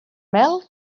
mel